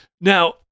Now